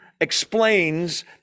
explains